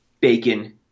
bacon